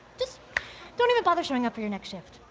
just don't even bother showing up for your next shift.